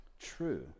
true